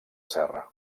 serra